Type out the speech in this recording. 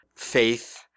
faith